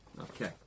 Okay